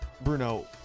Bruno